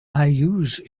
use